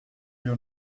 your